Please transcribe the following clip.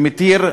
שמתירות